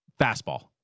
fastball